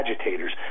agitators